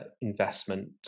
investment